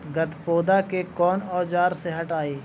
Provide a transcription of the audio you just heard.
गत्पोदा के कौन औजार से हटायी?